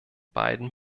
beiden